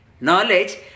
Knowledge